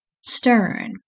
Stern